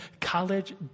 college